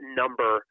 number